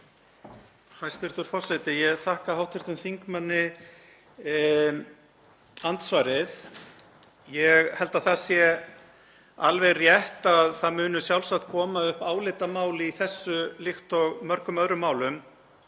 Hæstv. forseti. Ég þakka hv. þingmanni andsvarið. Ég held að það sé alveg rétt að það muni koma upp álitamál í þessu líkt og mörgum öðrum málum.